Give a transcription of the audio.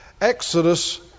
Exodus